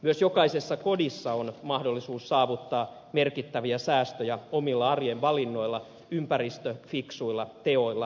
myös jokaisessa kodissa on mahdollisuus saavuttaa merkittäviä säästöjä omilla arjen valinnoilla ympäristöfiksuilla teoilla